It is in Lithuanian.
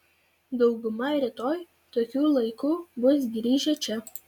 dauguma rytoj tokiu laiku bus grįžę čia